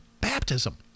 baptism